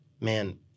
man